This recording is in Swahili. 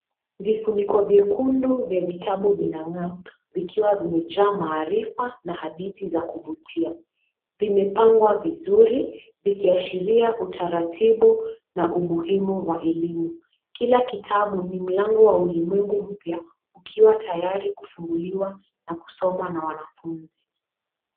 Vifuniko vyekundu vya vitabu vina ngaa, vikiwa vimejaa maarifa na hadithi za kuvutia. Vimepangwa vizuri, vikiashiria utaratibu na umuhimu wa elimu. Kila kitabu ni mlango wa ulimwengu mpya ukiwa tayari kufunguliwa na kusomwa na wanafunzi.